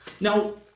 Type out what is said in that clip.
Now